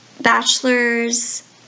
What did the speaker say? bachelor's